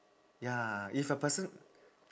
ya if a person